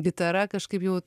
gitara kažkaip jau